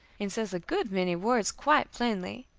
and says a good many words quite plainly.